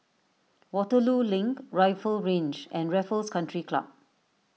Waterloo Link Rifle Range and Raffles Country Club